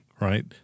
right